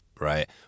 right